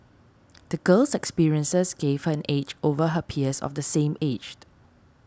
the girl's experiences gave her an edge over her peers of the same aged